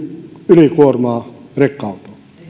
ylikuormaa rekka autoon